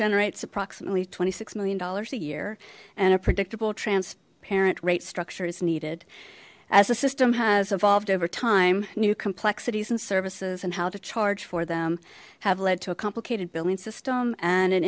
generates approximately twenty six million dollars a year and a predictable transparent rate structure is needed as the system has evolved over time new complexities and services and how to charge for them have led to a complicated billing system and an